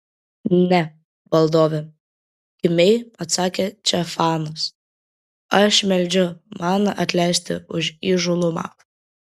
ne valdove kimiai atsakė če fanas aš meldžiu man atleisti už įžūlumą